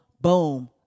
boom